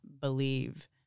believe